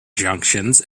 junctions